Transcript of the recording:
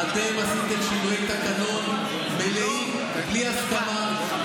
אתם עשיתם שינויי תקנון מלאים בלי הסכמה,